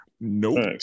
nope